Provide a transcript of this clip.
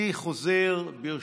אני חוזר, ברשותכם,